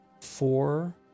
four